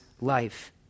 life